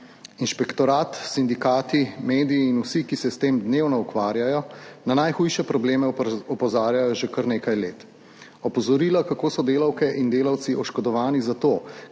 Inšpektorat, sindikati, mediji in vsi, ki se s tem dnevno ukvarjajo, na najhujše probleme opozarjajo že kar nekaj let. Opozorila, kako so delavke in delavci oškodovani zato,